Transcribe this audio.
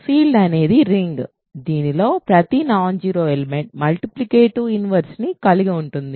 field అనేది ring దీనిలో ప్రతి non zero element multiplicative inverse ని కలిగి ఉంటుంది